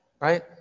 Right